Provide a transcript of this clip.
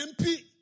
MP